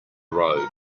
road